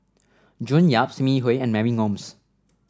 June Yap Sim Yi Hui and Mary Gomes